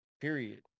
Period